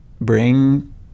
bring